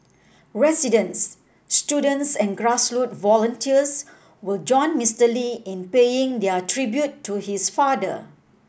residents students and grassroots volunteers will join Mister Lee in paying their tribute to his father